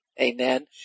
Amen